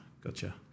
gotcha